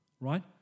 Right